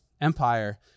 Empire